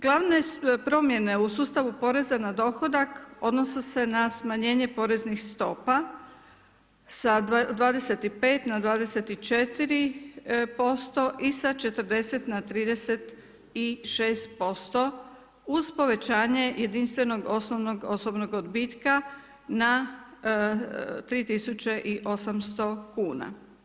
Glavne promjene u sustavu poreza na dohodak odnose se na smanjenje poreznih stopa sa 25 na 24% i sa 40 na 36% uz povećanje jedinstvenog osnovnog, osobnog odbitka na 3800 kuna.